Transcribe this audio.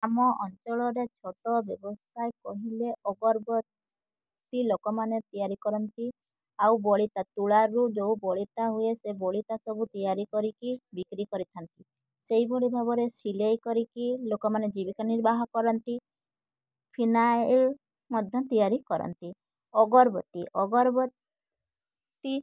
ଆମ ଅଞ୍ଚଳରେ ଛୋଟ ବ୍ୟବସାୟୀ କହିଲେ ଅଗରବତୀ ଲୋକମାନେ ତିଆରି କରନ୍ତି ଆଉ ବଳିତା ତୁଳାରୁ ଯେଉଁ ବଳିତା ହୁଏ ସେ ବଳିତା ସବୁ ତିଆରି କରିକି ବିକ୍ରି କରିଥାନ୍ତି ସେଇଭଳି ଭାବରେ ସିଲେଇ କରିକି ଲୋକମାନେ ଜୀବିକା ନିର୍ବାହ କରନ୍ତି ଫିନାଇଲ୍ ମଧ୍ୟ ତିଆରି କରନ୍ତି ଅଗରବତୀ ଅଗରବତୀ